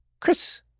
Chris